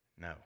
No